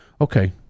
okay